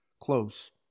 close